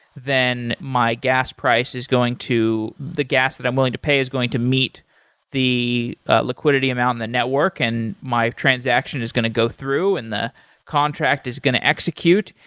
then my gas price is going to the gas that i'm willing to pay is going to meet the liquidity amount in the network and my transaction is going to go through and the contract is going to execute.